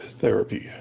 therapy